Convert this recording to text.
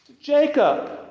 Jacob